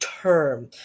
term